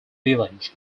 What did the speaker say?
village